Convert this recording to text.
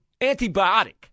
antibiotic